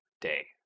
day